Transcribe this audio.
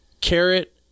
carrot